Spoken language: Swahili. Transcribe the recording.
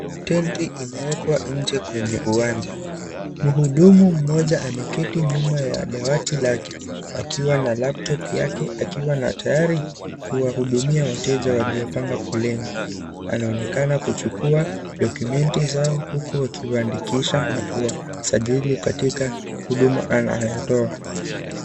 Tenti imewekwa nje kwenye uwanja, muhudumu mmoja ameketi nyuma ya dawati lake akiwa na laptop yake aikiwa na tayari kuwahudumia wateja waliopanga foleni wanaonekana kuchukua docomenti zao huku waki waandikisha na kuwasajiri katika huduma anayotoa.